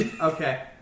Okay